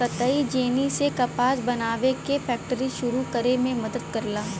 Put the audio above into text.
कताई जेनी ने कपास बनावे के फैक्ट्री सुरू करे में मदद करला